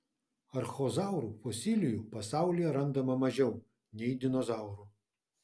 archozaurų fosilijų pasaulyje randama mažiau nei dinozaurų